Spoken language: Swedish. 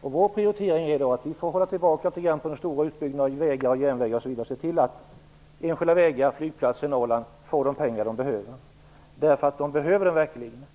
Vår prioritering är att man skall hålla tillbaka på stora utbyggnader av vägar och järnvägar och se till att enskilda vägar och flygplatser i Norrland får de pengar som de behöver - de behöver verkligen dessa pengar.